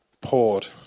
poured